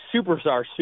superstar